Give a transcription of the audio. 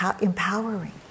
empowering